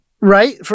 Right